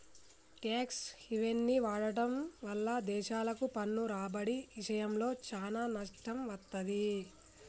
tax హెవెన్ని వాడటం వల్ల దేశాలకు పన్ను రాబడి ఇషయంలో చానా నష్టం వత్తది